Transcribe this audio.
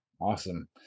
Awesome